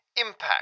impact